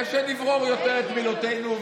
ושנברור יותר את מילותינו,